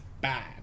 bad